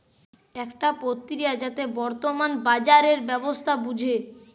একটা প্রক্রিয়া যাতে বর্তমান বাজারের ব্যবস্থা বুঝে